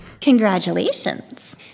Congratulations